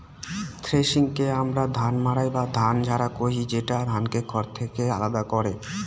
থ্রেশিংকে আমরা ধান মাড়াই বা ধান ঝাড়া কহি, যেটা ধানকে খড় থেকে আলাদা করে